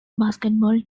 basketball